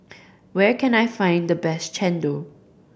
where can I find the best chendol